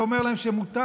ואומר להם שמותר.